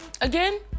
again